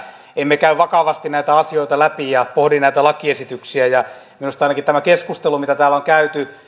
emme käy vakavasti asioita läpi ja pohdi näitä lakiesityksiä minusta ainakin tämä keskustelu mitä täällä on käyty